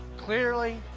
clearly,